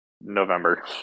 November